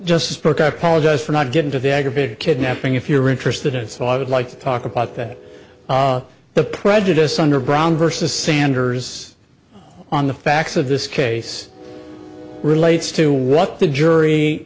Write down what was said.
just spoke apologize for not getting to the aggravated kidnapping if you're interested in so i would like to talk about that the prejudice underground versus sanders on the facts of this case relates to what the jury